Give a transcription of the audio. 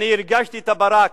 הרגשתי את הברק.